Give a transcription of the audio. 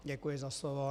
Děkuji za slovo.